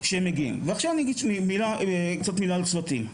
מילה על הצוותים,